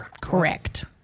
Correct